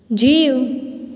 जीउ